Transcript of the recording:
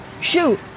Shoot